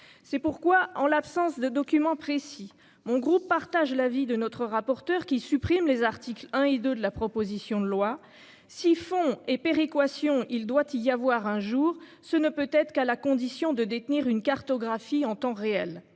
C'est pourquoi, en l'absence de documents précis mon groupe partage l'avis de notre rapporteur qui supprime les articles 1 et 2 de la proposition de loi siphon et péréquation il doit y avoir un jour ce ne peut être qu'à la condition de détenir une cartographie en temps réel.